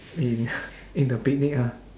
in in the picnic ah